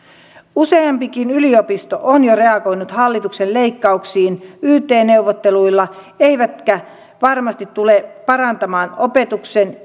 useampikin yliopisto on jo reagoinut hallituksen leikkauksiin yt neuvotteluilla eivätkä ne varmasti tule parantamaan opetuksen